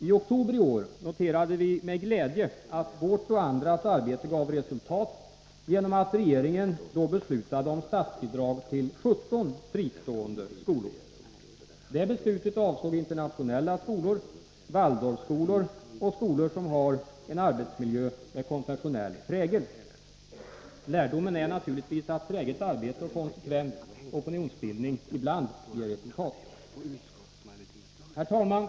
I oktober i år noterade vi med glädje att vårt och andras arbete gav resultat genom att regeringen då beslutade om statsbidrag till 17 fristående skolor. Det beslutet avsåg internationella skolor, Waldorfskolor och skolor som har en arbetsmiljö med konfessionell prägel. Lärdomen är naturligtvis att träget arbete och konsekvent opinionsbildning ibland ger resultat. Herr talman!